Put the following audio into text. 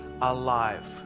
alive